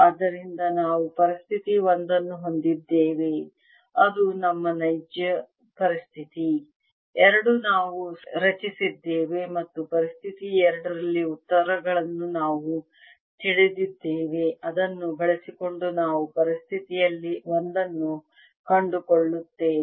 ಆದ್ದರಿಂದ ನಾವು ಪರಿಸ್ಥಿತಿ ಒಂದನ್ನು ಹೊಂದಿದ್ದೇವೆ ಅದು ನಮ್ಮ ನೈಜ ಪರಿಸ್ಥಿತಿ ಎರಡು ನಾವು ರಚಿಸಿದ್ದೇವೆ ಮತ್ತು ಪರಿಸ್ಥಿತಿ ಎರಡರಲ್ಲಿ ಉತ್ತರಗಳನ್ನು ನಾವು ತಿಳಿದಿದ್ದೇವೆ ಅದನ್ನು ಬಳಸಿಕೊಂಡು ನಾವು ಪರಿಸ್ಥಿತಿಯಲ್ಲಿ ಒಂದನ್ನು ಕಂಡುಕೊಳ್ಳುತ್ತೇವೆ